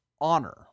honor